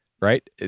right